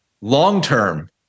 long-term